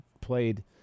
played